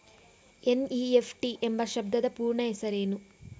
NEFT ಎಂಬ ಶಬ್ದದ ಪೂರ್ಣ ಹೆಸರೇನು?